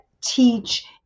teach